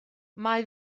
mae